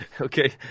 okay